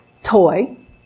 toy